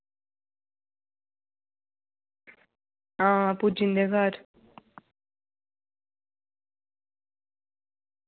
हां पुज्जी जंदे घर